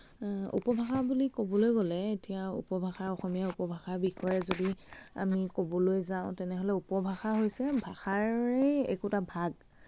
উপভাষা বুলি ক'বলৈ গ'লে এতিয়া উপভাষাৰ অসমীয়াৰ উপভাষাৰ বিষয়ে যদি আমি ক'বলৈ যাওঁ তেনেহ'লে উপভাষা হৈছে ভাষাৰেই একোটা ভাগ